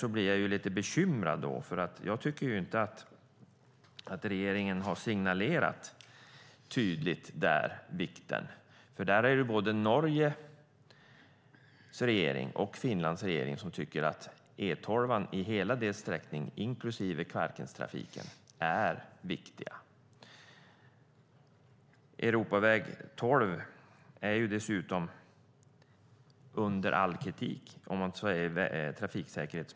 Jag blir dock lite bekymrad, för jag tycker inte att regeringen har signalerat vikten där. Både Norges regering och Finlands regering tycker att hela E12, inklusive Kvarkentrafiken, är viktig. Europaväg 12 är dessutom under all kritik när det gäller trafiksäkerhet.